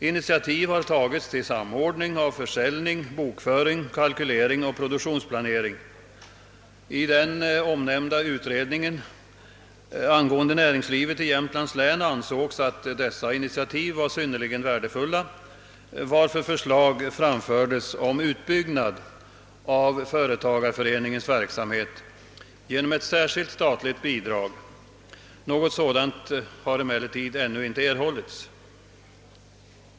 Initiativ har tagits till samordning av försäljning, bokföring, kalkylering och produktionsplanering. I den omnämnda utredningen angående näringslivet i Jämtlands län ansågs att dessa initiativ var synnerligen värdefulla, varför förslag framfördes om utbyggnad av företagareföreningens verksamhet genom ett särskilt statligt bidrag. Något sådant kar emellertid ännu inte erhållits.